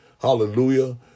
hallelujah